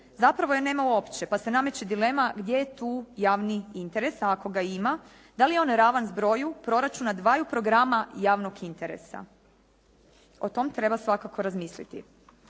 Zapravo je nema uopće pa se nameće ideja gdje je tu javni interes, a ako ga ima da li je on ravan zbroju proračuna dvaju programa javnog interesa? O tom treba svakako razmisliti.